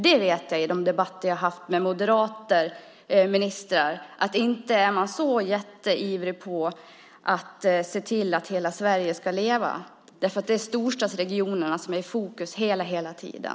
Jag vet från de debatter jag haft med moderata ministrar att man inte är så jätteivrig med att se till att hela Sverige ska leva. Det är storstadsregionerna som står i fokus precis hela tiden.